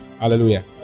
hallelujah